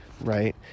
right